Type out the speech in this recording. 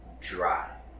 dry